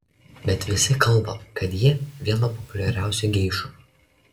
bet visi kalba kad ji viena populiariausių geišų